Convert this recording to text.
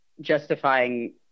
justifying